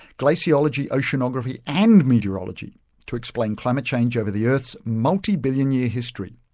glaciology, oceanography and meteorology to explain climate change over the earth's multi-billion-year history,